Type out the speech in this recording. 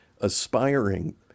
aspiring